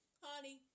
honey